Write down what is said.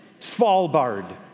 Svalbard